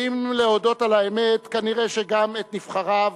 ואם להודות על האמת כנראה גם את נבחריו,